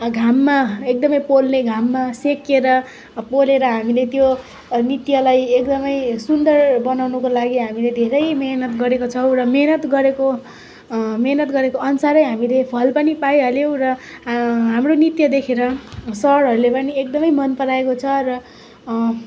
घाममा एकदम पोल्ने घाममा सेकेर पोलेर हामीले त्यो नृत्यलाई एकदम सुन्दर बनाउनुको लागि हामीले धेरै मेहनत गरेको छौँ र मेहनत गरेको मेहनत गरेको अनुसार हामीले फल पनि पाइहाल्यौँ र हाम्रो नृत्य देखेर सरहरूले पनि एकदम मन पराएको छ र